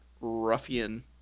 ruffian